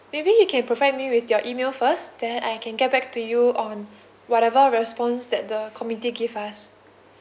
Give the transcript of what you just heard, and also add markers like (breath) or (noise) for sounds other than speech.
maybe you can provide me with your email first then I can get back to you on (breath) whatever response that the committee give us